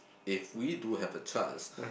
if we do have a chance